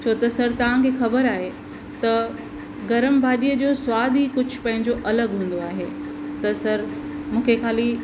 छो त सर तव्हांखे ख़बर आहे त गरमु भाॼीअ जो सवाद ई कुझु पंहिंजो अलॻि हूंदो आहे त सर मूंखे ख़ाली